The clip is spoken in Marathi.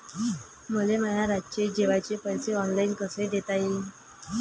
मले माया रातचे जेवाचे पैसे ऑनलाईन कसे देता येईन?